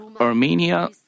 Armenia